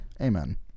Amen